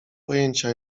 pojęcia